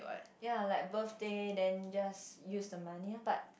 ya like birthday then just use the money loh but